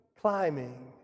climbing